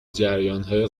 جریانهای